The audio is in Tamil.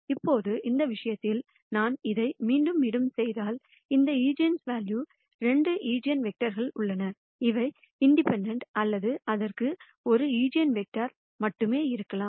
இப்போது இந்த விஷயத்தில் நான் இதை மீண்டும் மீண்டும் செய்தால் இந்த ஈஜென்வெல்யூவில் 2 ஈஜென்வெக்டர்கள் உள்ளன அவை இன்டெபேன்டென்ட் அல்லது அதற்கு ஒரு ஈஜென்வெக்டர் மட்டுமே இருக்கலாம்